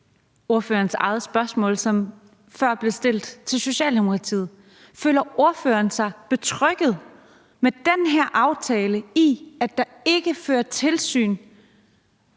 ordførerens eget spørgsmål, som før blev stillet til Socialdemokratiet. Føler ordføreren sig med den her aftale betrygget ved, at der ikke føres tilsyn